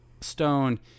Stone